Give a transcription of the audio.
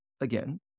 again